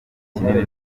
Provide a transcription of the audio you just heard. kinini